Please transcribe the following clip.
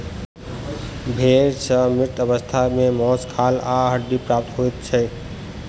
भेंड़ सॅ मृत अवस्था मे मौस, खाल आ हड्डी प्राप्त होइत छै